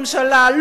אדוני ראש הממשלה,